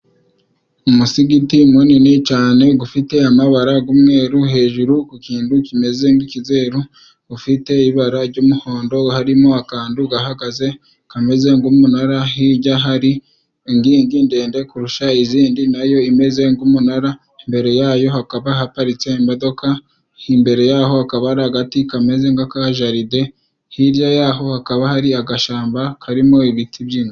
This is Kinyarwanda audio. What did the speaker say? Umusigiti munini cane gufite amabara g'umweru hejuru ku kintu kimeze nk'ikizeru ufite ibara jy'umuhondo harimo akantu gahagaze kameze nk'umunara hijya hari inkingi ndende kurusha izindi nayo imeze nk'umunara imbere yayo hakaba haparitse imodoka imbere yaho akaba ari agati kameze nka'kajaride hirya yaho hakaba hari agashamba karimo ibiti by'inzu.